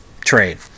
trade